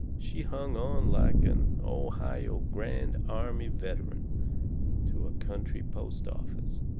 she hung on like an ohio grand army veteran to a country post-office.